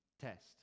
test